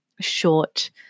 short